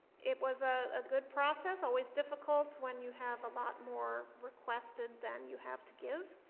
it was ah a good process always difficult when you have a lot more requested than you have to give